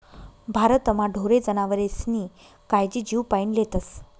भारतमा ढोरे जनावरेस्नी कायजी जीवपाईन लेतस